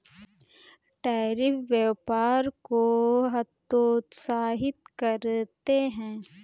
tariff व्यापार को हतोत्साहित करते हैं